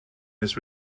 this